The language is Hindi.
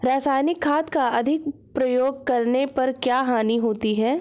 रासायनिक खाद का अधिक प्रयोग करने पर क्या हानि होती है?